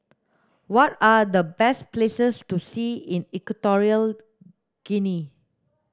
what are the best places to see in Equatorial Guinea